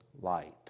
light